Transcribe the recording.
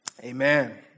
Amen